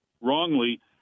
wrongly